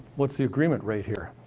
what's the agreement rate here?